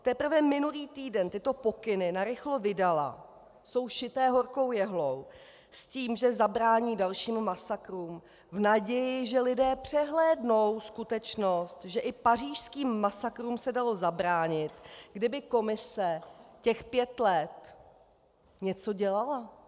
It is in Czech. Teprve minulý týden tyto pokyny narychlo vydala, jsou šité horkou jehlou, s tím, že zabrání dalším masakrům v naději, že lidé přehlédnou skutečnost, že i pařížským masakrům se dalo zabránit, kdyby Komise těch pět let něco dělala.